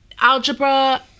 Algebra